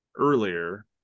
earlier